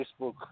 Facebook